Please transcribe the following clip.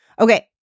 Okay